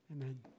Amen